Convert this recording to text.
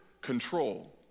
control